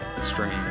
strange